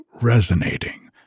resonating